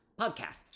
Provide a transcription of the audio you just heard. Podcasts